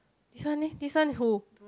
this one leh this one who